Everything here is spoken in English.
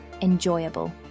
enjoyable